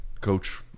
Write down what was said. Coach